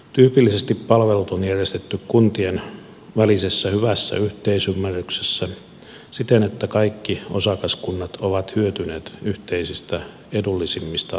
tyypillisesti palvelut on järjestetty kuntien välisessä hyvässä yhteisymmärryksessä siten että kaikki osakaskunnat ovat hyötyneet yhteisistä edullisimmista palveluista